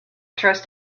trust